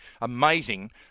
amazing